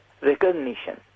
recognition